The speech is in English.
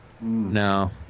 No